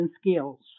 skills